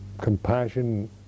compassion